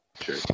Sure